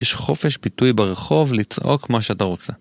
יש חופש ביטוי ברחוב לצעוק מה שאתה רוצה.